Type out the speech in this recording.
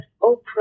Oprah